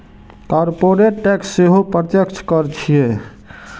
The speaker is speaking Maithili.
कॉरपोरेट टैक्स सेहो प्रत्यक्ष कर छियै